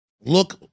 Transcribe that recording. look